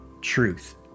truth